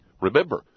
Remember